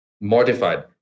mortified